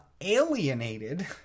alienated